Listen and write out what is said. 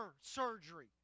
surgery